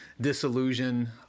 disillusion